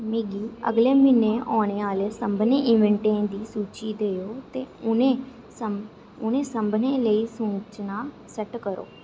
मिगी अगले म्हीने औने आह्ले सभनें इवेंटें दी सूची देओ ते उ'नें सभनें लेई सूचनां सैट्ट करो